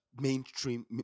mainstream